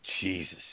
Jesus